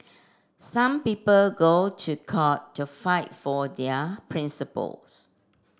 some people go to court to fight for their principle